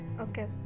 okay